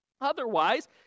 Otherwise